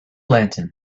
lantern